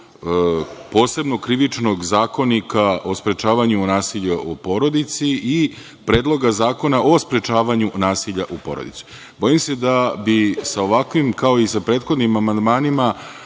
posebnog Krivičnog zakonika i sprečavanju nasilja u porodici i Predlogu zakona o sprečavanju nasilja u porodici. Bojim se da bi sa ovakvim, kao i sa prethodnim amandmanima